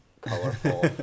colorful